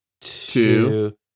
two